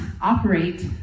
operate